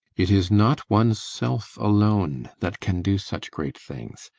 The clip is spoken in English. it is not one's self alone that can do such great things.